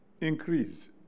increased